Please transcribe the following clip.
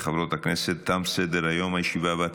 חמישה בעד, אפס מתנגדים ואפס נמנעים.